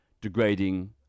degrading